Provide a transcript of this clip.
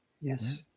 Yes